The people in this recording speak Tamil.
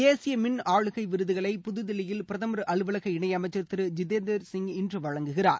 தேசிய மின் ஆளுகை விருதுகளை புதுதில்லியில் பிரதமர் அலுவலக இணையமைச்சர் திரு ஜிதேந்திர சிங் இன்று வழங்குகிறார்